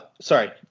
Sorry